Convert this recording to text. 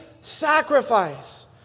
sacrifice